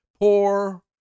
Poor